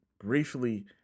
briefly